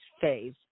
phase